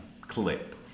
clip